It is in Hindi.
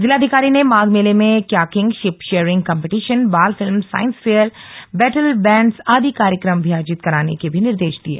जिलाधिकारी ने माघ मेले में क्याकिंग शिप शेयरिंग कम्पीटिशन बाल film science fair battle bands आदि कार्यक्रम भी आयोजित कराने के भी निर्देश दिये